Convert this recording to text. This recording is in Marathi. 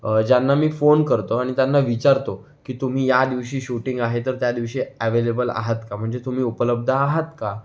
ज्यांना मी फोन करतो आणि त्यांना विचारतो की तुम्ही या दिवशी शूटिंग आहे तर त्या दिवशी अॅवेलेबल आहात का म्हणजे तुम्ही उपलब्ध आहात का